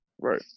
Right